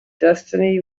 destiny